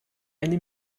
eine